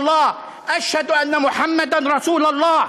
כבר אמרת את זה אללהו אכבר,